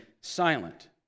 silent